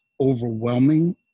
overwhelming